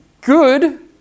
good